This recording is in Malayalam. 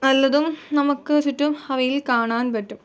നല്ലതും നമുക്ക് ചുറ്റും അവയിൽ കാണാമ്പറ്റും